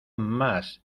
más